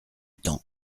temps